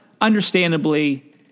understandably